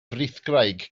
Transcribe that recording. frithgraig